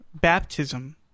baptism